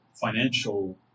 financial